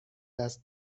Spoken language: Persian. دست